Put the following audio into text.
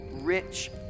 rich